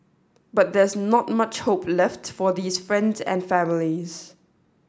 but there's not much hope left for these friends and families